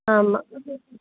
ஆமாம்